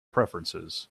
preferences